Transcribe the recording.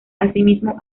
asimismo